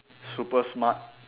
super smart